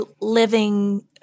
living